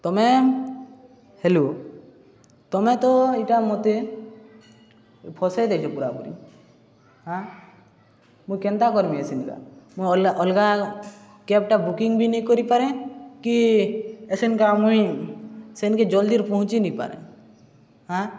ତୁମେ ହେଲ ତୁମେ ତ ଇଟା ମୋତେ ଫସେଇ ଦେଇଛ ପୁରାପୁରି ହାଁ ମୁଁ କେନ୍ତା କର୍ମି ଏସନକା ମୁଁ ଅ ଅଲଗା କ୍ୟାବ୍ଟା ବୁକିଂ ବି ନାଇଁ କରିପାରେ କି ଏସନକା ମୁଇଁ ସେନ୍କେ ଜଲ୍ଦିରେ ପହଞ୍ଚିି ନାଇଁ ପାରେ ହାଁ